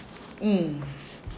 mm